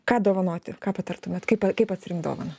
ką dovanoti ką patartumėt kaip kaip atsirinkt dovaną